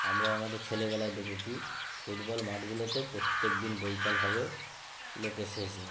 আমরা আমাদের ছেলেবেলায় দেখেছি ফুটবল মাঠগুলোতে প্রত্যেকদিন বিকাল হবে লোকের শেষ নেই